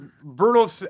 Bruno